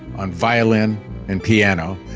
on violin and piano.